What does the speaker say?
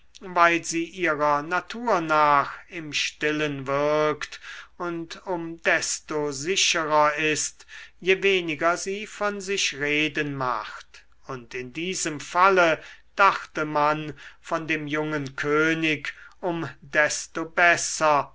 weil sie ihrer natur nach im stillen wirkt und um desto sicherer ist je weniger sie von sich reden macht und in diesem falle dachte man von dem jungen könig um desto besser